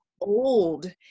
old